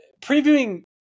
previewing